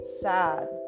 sad